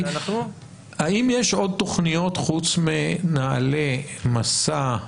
האם יש עוד תכניות חוץ מנעל"ה, 'מסע',